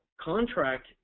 Contract